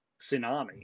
tsunami